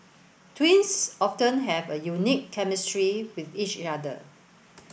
twins often have a unique chemistry with each other